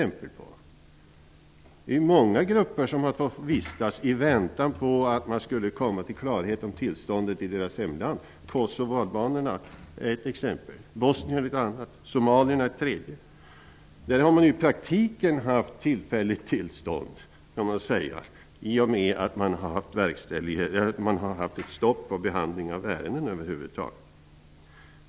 Det är många grupper -- kosovoalbanerna är ett exempel, bosnierna ett andra och somalierna ett tredje exempel -- som länge har fått vistas här i väntan på klarhet om tillståndet i hemlandet. De har i praktiken haft tillfälligt tillstånd i och med att det har varit stopp för behandling av ärenden över huvud taget.